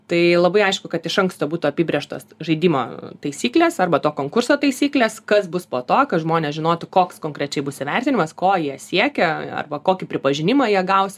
tai labai aišku kad iš anksto būtų apibrėžtos žaidimo taisyklės arba to konkurso taisyklės kas bus po to kad žmonės žinotų koks konkrečiai bus įvertinimas ko jie siekia arba kokį pripažinimą jie gaus